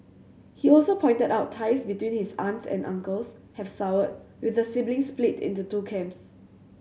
he also pointed out ties between his aunts and uncles have soured with the siblings split into two camps